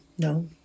No